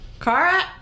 Kara